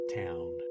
town